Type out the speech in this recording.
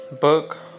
book